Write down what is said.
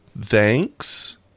thanks